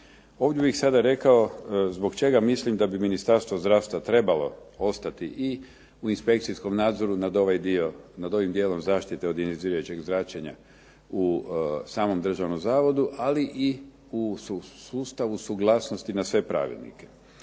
Ovdje bih sada rekao zbog čega mislim da bi Ministarstvo zdravstva trebalo ostati i u inspekcijskom nadzoru nad ovim dijelom zašite od ionizirajućeg zračenja u samom državnom zavodu, ali uz sustavu suglasnosti na sve pravilnike.